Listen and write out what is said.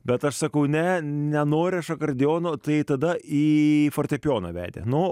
bet aš sakau ne nenoriu aš akordeono tai tada į fortepijoną vedė nu